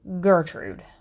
Gertrude